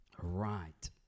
Right